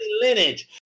lineage